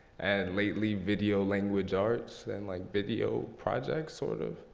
and lately video language arts, and like video projects, sort of.